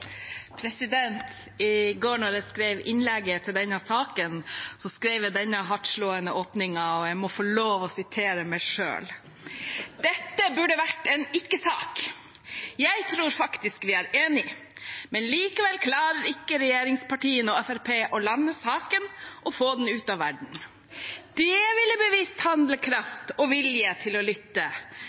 I går, da jeg skrev innlegget til denne saken, skrev jeg denne hardtslående åpningen – og jeg må få lov til å sitere meg selv: Dette burde ha vært en ikke-sak. Jeg tror faktisk vi er enige, men likevel klarer ikke regjeringspartiene og Fremskrittspartiet å lande saken og få den ut av verden. Det ville vist handlekraft og vilje til å lytte.